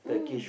mm